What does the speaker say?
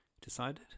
Decided